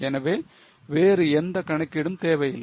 எனவே வேறு எந்த கணக்கீடும் தேவையில்லை